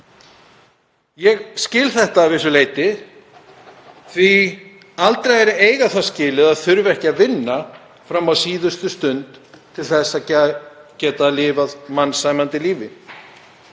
Ég skil þetta að vissu leyti því að aldraðir eiga það skilið að þurfa ekki að vinna fram á síðustu stund til að geta lifað mannsæmandi lífi.